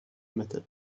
metal